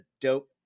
dope